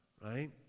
right